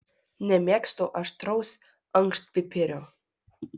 nemėgstu aštraus ankštpipirio